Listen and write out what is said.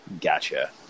Gotcha